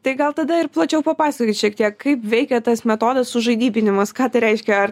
tai gal tada ir plačiau papasakokit šiek tiek kaip veikia tas metodas sužaidybinimas ką tai reiškia ar